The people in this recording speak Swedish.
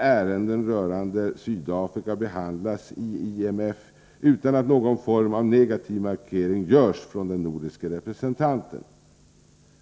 ärenden rörande Sydafrika behandlas i IMF utan att någon form av negativ markering görs från den nordiske representanten.